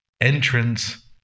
entrance